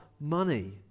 money